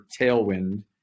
tailwind